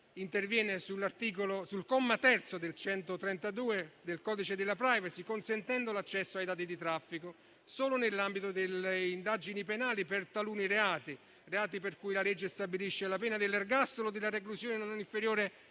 interviene sul terzo comma dell'articolo 132 del codice della *privacy*, consentendo l'accesso ai dati di traffico solo nell'ambito delle indagini penali per taluni reati per cui la legge stabilisce la pena dell'ergastolo o della reclusione non inferiore